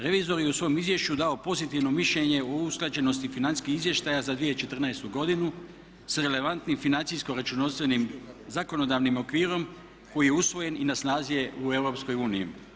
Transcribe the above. Revizor je u svom izvješću dao pozitivno mišljenje o usklađenosti financijskih izvještaja za 2014. godinu sa relevantnim financijsko-računovodstvenim zakonodavnim okvirom koji je usvojen i na snazi je u Europskoj uniji.